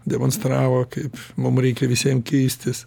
demonstravo kaip mum reikia visiem keistis